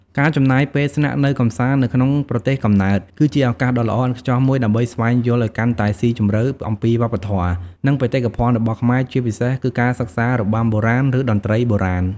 ការចំណាយពេលស្នាក់នៅកម្សាន្ត នៅក្នុងប្រទេសកំណើត គឺជាឱកាសដ៏ល្អឥតខ្ចោះមួយដើម្បីស្វែងយល់ឱ្យកាន់តែស៊ីជម្រៅអំពីវប្បធម៌ និងបេតិកភណ្ឌរបស់ខ្មែរ ជាពិសេសគឺការសិក្សា របាំបុរាណ ឬ តន្ត្រីបុរាណ។